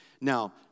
Now